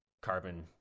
carbon